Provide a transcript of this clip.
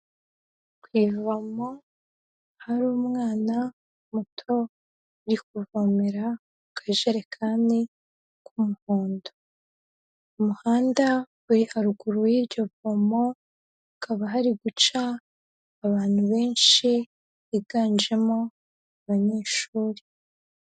Ku ivomo hari umwana muto uri kuvomera mu kajerekani k'umuhondo. Mu muhanda uri haruguru y'iryo vomo hakaba hari guca abantu benshi biganjemo abanyeshuri.